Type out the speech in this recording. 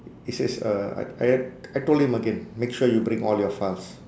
he says uh I I I told him again make sure you bring all your files